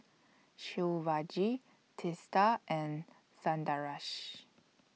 Shivaji Teesta and Sundaresh